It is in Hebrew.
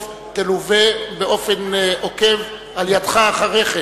תלווה באופן עוקב על-ידך אחרי כן?